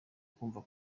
kumva